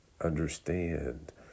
understand